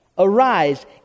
Arise